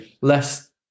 less